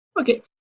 Okay